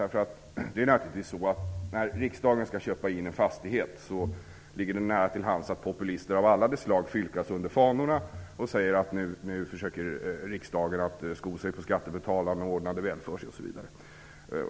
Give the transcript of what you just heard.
Det ligger ju naturligtvis nära till hands, när riksdagen skall köpa in en fastighet, att populister av alla de slag fylkas under fanorna och säger: Nu försöker riksdagens ledamöter att sko sig på skattebetalarna och ordna det väl för sig.